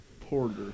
Porter